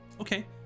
Okay